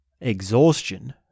...exhaustion